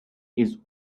his